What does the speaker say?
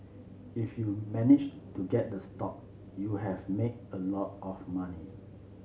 if you managed to get the stock you have made a lot of money